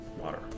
water